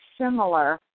similar